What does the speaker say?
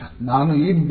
ನಾನು ಇದ್ದೇನೆ